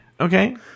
okay